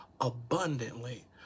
abundantly